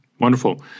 Wonderful